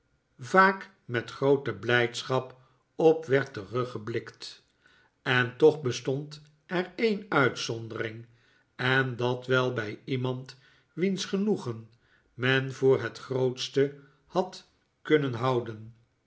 vaak met groote blijdschap op werd teruggeblikt en toch bestond er een uitzondering en dat wel bij iemand wiens genoegen men voor het grootste had kunnen houden